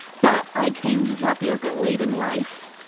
but i came to tapioca late in life.